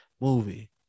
movie